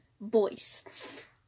voice